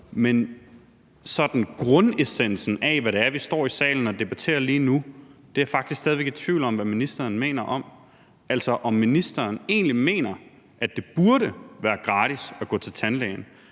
sådan grundessensen af, hvad vi står i salen og debatterer lige nu, er jeg faktisk stadig væk i tvivl om hvad ministeren mener om. Altså, mener ministeren egentlig, at det burde være gratis at gå til tandlægen?